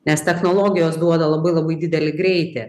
nes technologijos duoda labai labai didelį greitį